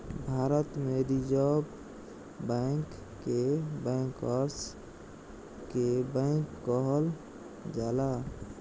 भारत में reserve bank के bankers के बैंक कहल जाला